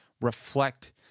reflect